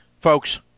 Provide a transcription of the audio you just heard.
folks